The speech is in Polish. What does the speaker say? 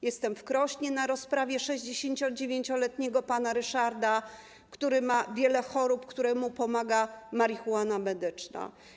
Jestem w Krośnie na rozprawie 69-letniego pana Ryszarda, który ma wiele chorób i któremu pomaga marihuana medyczna.